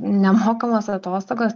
nemokamos atostogos